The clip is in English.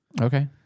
Okay